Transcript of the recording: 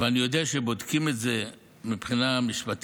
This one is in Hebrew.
ואני יודע שבודקים את זה מבחינה משפטית.